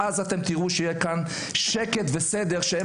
ואז אתם תראו שיהיה כאן שקט וסדר שהם